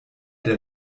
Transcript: der